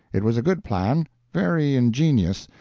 it was a good plan, very ingenious,